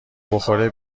بخوره